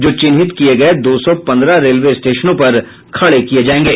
जो चिन्हित किये गये दो सौ पंद्रह रेलवे स्टेशनों पर खडे किए जाएंगे